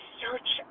search